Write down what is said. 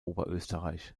oberösterreich